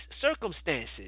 circumstances